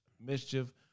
mischief